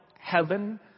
heaven